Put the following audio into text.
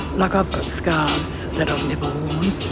like i've got scarves that i've never worn.